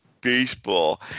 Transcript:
baseball